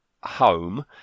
home